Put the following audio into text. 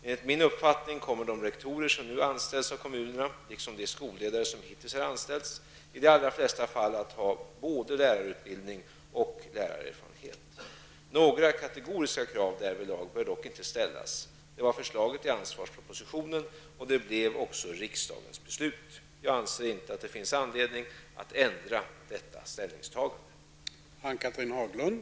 Enligt min uppfattning kommer de rektorer som nu anställs av kommunerna -- liksom de skolledare som hittills har anställts -- i de allra flesta fall att ha både lärarutbildning och lärarerfarenhet. Några kategoriska krav därvidlag bör dock inte ställas. Det var förslaget i ansvarspropositionen och det blev också riksdagens beslut. Jag anser inte att det finns anledning att ändra detta ställningstagande.